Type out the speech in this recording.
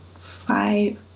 five